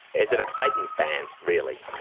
is it a clayton's ban really?